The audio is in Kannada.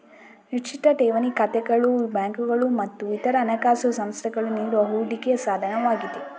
ನಿಶ್ಚಿತ ಠೇವಣಿ ಖಾತೆಗಳು ಬ್ಯಾಂಕುಗಳು ಮತ್ತು ಇತರ ಹಣಕಾಸು ಸಂಸ್ಥೆಗಳು ನೀಡುವ ಹೂಡಿಕೆ ಸಾಧನವಾಗಿದೆ